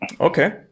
Okay